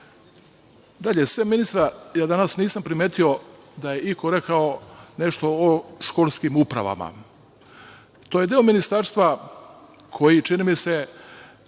sem ministra, danas nisam primetio da je iko rekao nešto o školskim upravama. To je deo ministarstva koji, čini mi se